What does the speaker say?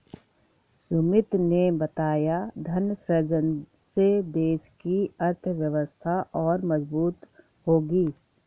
सुमित ने बताया धन सृजन से देश की अर्थव्यवस्था और मजबूत होगी